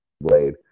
blade